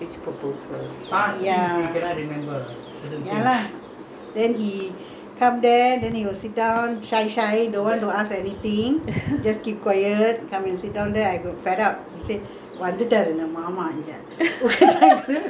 come there then he will sit down shy shy don't want to ask anything just keep quiet come and sit down there then I got fed up I say வந்திட்டாரு மாமா இங்க:vanthuttaaru mama ingga I and my sister will talk a lot of gossip about you in my room